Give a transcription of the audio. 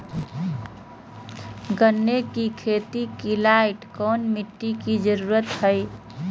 गन्ने की खेती के लाइट कौन मिट्टी की जरूरत है?